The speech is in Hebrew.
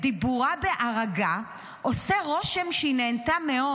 בדיבורה בערגה, עושה רושם שהיא נהנתה מאוד.